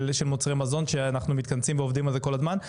מוצרי מזון שאנחנו מתכנסים ועובדים על זה כל הזמן,